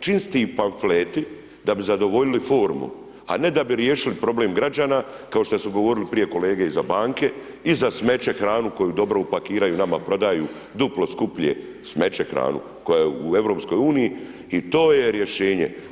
čisti pamfleti da bi zadovoljili formu, a ne da bi riješili problem građana, kao što su govorili prije kolege i za banke i za smeće, hranu koju dobro upakiraju, nama prodaju duplo skuplje smeće hranu koja je u EU, i to je rješenje.